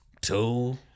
Two